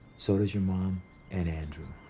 so does your mom and andrew.